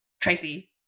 Tracy